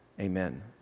Amen